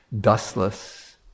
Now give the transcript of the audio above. dustless